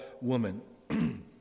woman